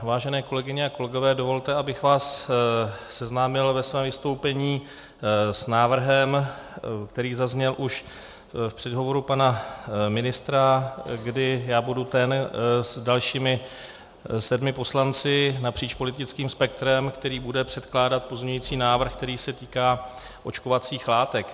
Vážené kolegyně a kolegové, dovolte, abych vás seznámil ve svém vystoupení s návrhem, který zazněl už v předhovoru pana ministra, kdy já budu ten s dalšími sedmi poslanci napříč politickým spektrem, který bude předkládat pozměňující návrh, který se týká očkovacích látek.